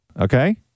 Okay